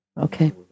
Okay